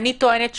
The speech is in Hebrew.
אני טוענת שלא,